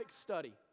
study